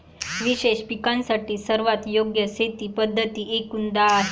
विशेष पिकांसाठी सर्वात योग्य शेती पद्धती एकूण दहा आहेत